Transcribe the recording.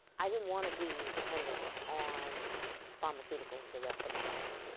i didn't want to be dependent on pharmaceuticals the rest of my life.